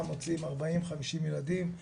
אנחנו גם מוציאים 40-50 ילדים.